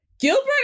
Gilbert